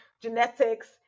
genetics